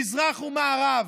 מזרח ומערב,